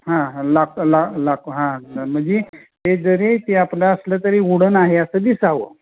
हां हां लाक लाक लाकू हां म्हणजे ते जरी ते आपलं असलं तरी वुडन आहे असं दिसावं